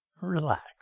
relax